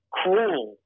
cruel